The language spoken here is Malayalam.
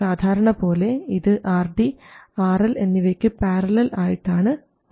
സാധാരണപോലെ ഇത് RD RL എന്നിവയ്ക്ക് പാരലൽ ആയിട്ടാണ് ഉണ്ടാവുക